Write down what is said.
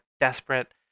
desperate